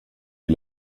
die